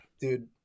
dude